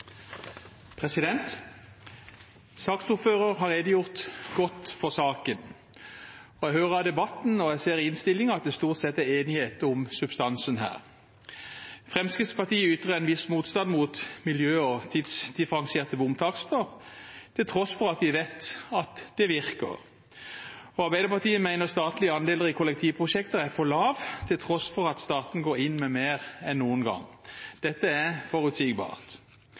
har redegjort godt for saken, og jeg hører av debatten og ser i innstillingen at det stort sett er enighet om substansen her. Fremskrittspartiet ytrer en viss motstand mot miljø- og tidsdifferensierte bomtakster, til tross for at de vet at det virker, og Arbeiderpartiet mener statlige andeler i kollektivprosjekter er for lave, til tross for at staten går inn med mer enn noen gang. Dette er forutsigbart.